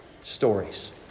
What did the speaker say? stories